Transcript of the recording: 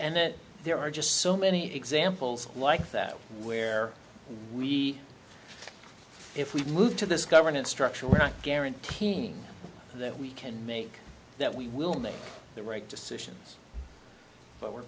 it there are just so many examples like that where we if we move to this governance structure we're not guaranteeing that we can make that we will make the right decisions but we're